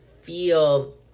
feel